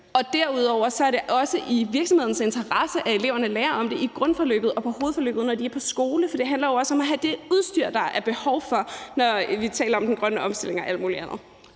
Derudover er det også i virksomhedens interesse, at eleverne lærer om det i grundforløbet og på hovedforløbet, når de er på skole. For det handler jo også om at have det udstyr, der er behov for, når vi taler om den grønne omstilling og alt muligt andet.